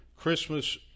Christmas